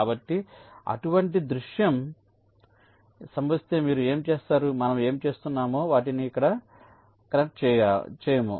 కాబట్టి అటువంటి దృశ్యం సంభవిస్తే మీరు ఏమి చేస్తారు మనము ఏమి చేస్తున్నామో వాటిని ఇక్కడ కనెక్ట్ చేయము